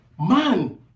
man